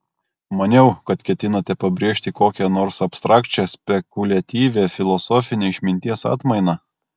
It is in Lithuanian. maniau kad ketinate pabrėžti kokią nors abstrakčią spekuliatyvią filosofinę išminties atmainą